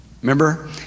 Remember